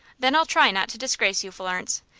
then i'll try not to disgrace you, florence.